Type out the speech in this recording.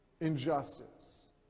injustice